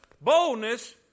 boldness